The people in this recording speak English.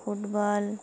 football